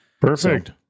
Perfect